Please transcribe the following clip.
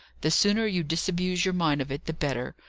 the sooner you disabuse your mind of it, the better.